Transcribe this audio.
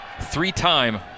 three-time